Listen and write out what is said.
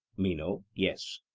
meno yes.